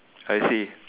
I see